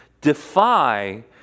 defy